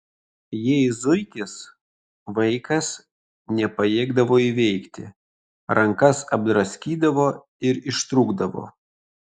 jei zuikis vaikas nepajėgdavo įveikti rankas apdraskydavo ir ištrūkdavo